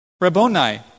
Rabboni